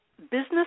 business